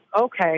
okay